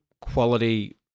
quality